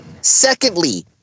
Secondly